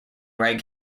reg